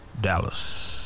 Dallas